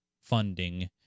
funding